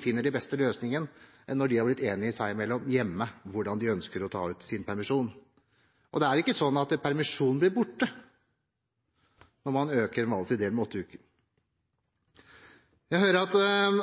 finner den beste løsningen når de er blitt enige seg imellom og hjemme, om hvordan de ønsker å ta ut sin permisjon. Permisjonen blir ikke borte når man øker den valgfrie delen med åtte uker. Jeg hører at